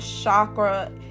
chakra